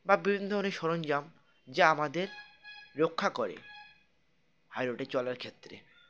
বা বিভিন্ন ধরনের সরঞ্জাম যা আমাদের রক্ষা করে হাই রোডে চলার ক্ষেত্রে